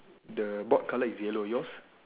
the board color is yellow yours